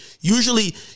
usually